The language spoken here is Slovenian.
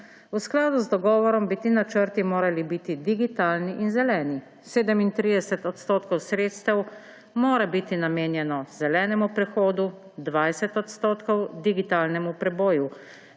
V skladu z dogovorom bi ti načrti morali biti digitalni in zeleni. 37 % sredstev mora biti namenjeno zelenemu prehodu, 20 % digitalnemu preboju.